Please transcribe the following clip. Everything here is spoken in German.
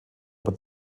aber